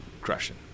crushing